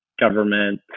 government